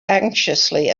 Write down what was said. anxiously